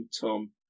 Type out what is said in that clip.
Tom